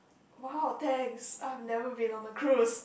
!wow! thanks I have never been on a cruise